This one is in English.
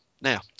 now